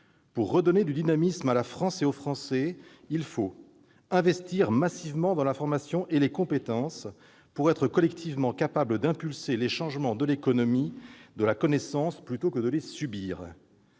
Pour redonner du dynamisme à la France et aux Français, il faut investir massivement dans la formation et les compétences, pour être collectivement capables d'impulser les changements de l'économie de la connaissance plutôt que de les subir ;